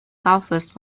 southwest